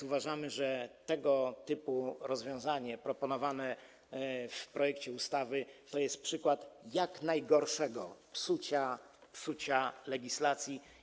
Uważamy, że tego typu rozwiązanie proponowane w projekcie ustawy to jest przykład jak najgorszego działania, psucia legislacji.